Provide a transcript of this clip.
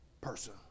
person